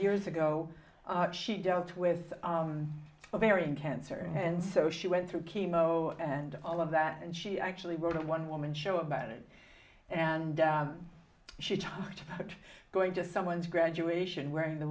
years ago she don't with ovarian cancer and so she went through chemo and all of that and she actually wrote a one woman show about it and she talked about going to someone's graduation wearing the